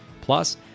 Plus